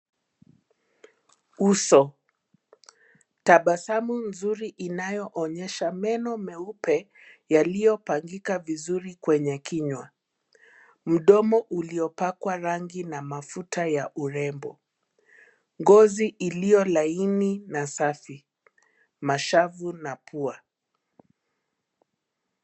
Uso, tabasamu nzuri inayoonyesha meno meupe, yaliyopangika vizuri kwenye kinywa, mdomo uliopakwa rangi na mafuta ya urembo, ngozi iliyo laini na safi, mashavu na pua.